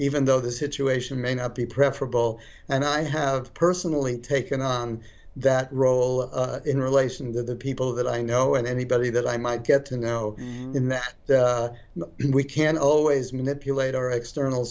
though the situation may not be preferable and i have personally taken on that role in relation to the people that i know and anybody that i might get to know in that we can't always d manipulate our external